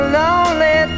lonely